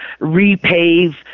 repave